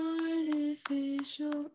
artificial